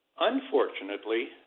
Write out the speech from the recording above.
Unfortunately